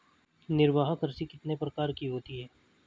निर्वाह कृषि कितने प्रकार की होती हैं?